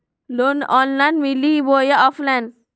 Loan online मिली बोया offline?